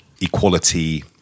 equality